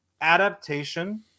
adaptation